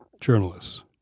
journalists